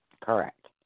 Correct